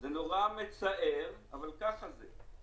זה נורא מצער, אבל ככה זה.